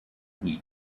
week